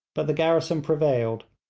but the garrison prevailed,